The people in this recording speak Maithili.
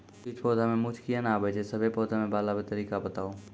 किछ पौधा मे मूँछ किये नै आबै छै, सभे पौधा मे बाल आबे तरीका बताऊ?